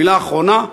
ומילה אחרונה,